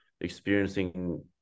experiencing